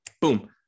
Boom